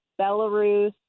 Belarus